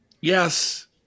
Yes